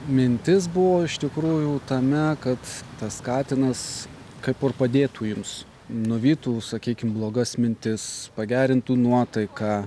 mintis buvo iš tikrųjų tame kad tas katinas kaip ir padėtų jums nuvytų sakykim blogas mintis pagerintų nuotaiką